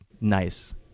nice